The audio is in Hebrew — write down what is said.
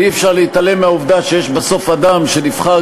ואי-אפשר להתעלם מהעובדה שיש בסוף אדם שנבחר